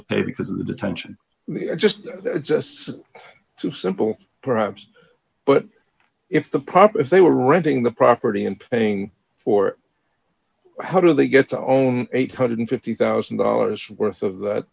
to pay because of the detention just just too simple perhaps but if the prop if they were renting the property and paying for it how do they get to own eight hundred and fifty thousand dollars worth of that